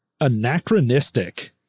anachronistic